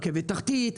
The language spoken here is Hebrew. רכבת תחתית,